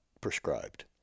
prescribed